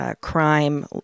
crime